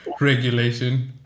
regulation